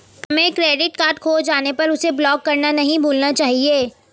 हमें credit card खो जाने पर उसे ब्लॉक करना नहीं भूलना चाहिए